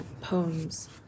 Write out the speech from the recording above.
Poems